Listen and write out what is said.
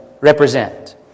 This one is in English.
represent